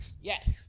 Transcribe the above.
Yes